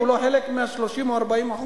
הוא לא חלק מה-30% או ה-40%.